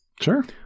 Sure